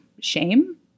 shame